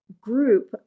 group